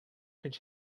could